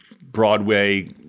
broadway